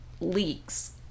leaks